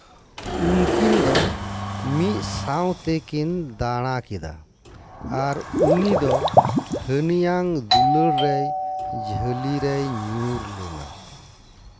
ᱩᱱᱠᱤᱱ ᱫᱚ ᱢᱤᱫᱥᱟᱶ ᱛᱮᱠᱤᱱ ᱫᱟᱬᱟ ᱠᱮᱫᱟ ᱟᱨ ᱩᱱᱤ ᱫᱚ ᱦᱟᱹᱱᱤᱭᱟᱜ ᱫᱩᱞᱟᱹᱲ ᱨᱮᱭ ᱡᱷᱟᱹᱞᱤ ᱨᱮᱭ ᱧᱩᱨ ᱞᱮᱱᱟ